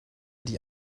die